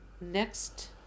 next